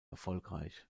erfolgreich